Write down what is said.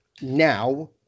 now